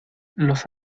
los